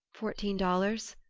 fourteen dollars.